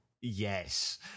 Yes